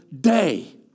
day